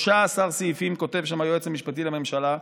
13 סעיפים כותב שם היועץ המשפטי לממשלה,